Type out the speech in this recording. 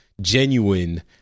genuine